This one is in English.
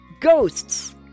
ghosts